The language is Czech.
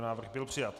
Návrh byl přijat.